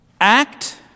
act